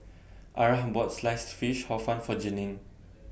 Arah bought Sliced Fish Hor Fun For Janene